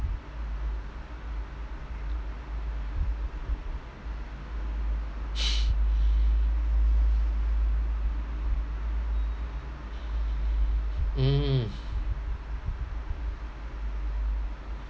mm